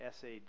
SAD